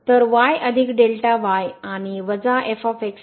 तर आणि ला ने भागले